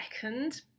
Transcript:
second